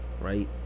right